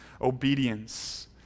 obedience